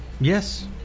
Yes